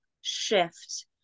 shift